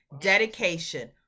dedication